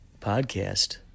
podcast